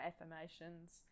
affirmations